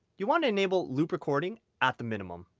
you'll want to enable loop recording at the minimum.